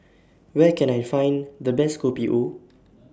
Where Can I Find The Best Kopi O